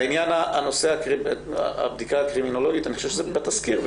לעניין הבדיקה הקרימינולוגית, זה בתסקיר.